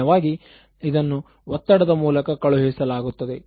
ಸಾಮಾನ್ಯವಾಗಿ ಇದನ್ನು ಒತ್ತಡದ ಮೂಲಕ ಕಳುಹಿಸಲಾಗುತ್ತದೆ